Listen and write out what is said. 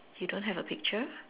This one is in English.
you don't have a picture